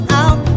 out